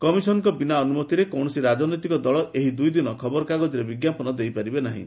କମିଶନଙ୍କ ବିନା ଅନୁମତିରେ କୌଣସି ରାଜନୈତିକ ଦଳ ଏହି ଦୁଇଦିନ ଖବରକାଗଜରେ ବିଜ୍ଞାପନ ଦେଇପାରିବେ ନାହିଁ